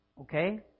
okay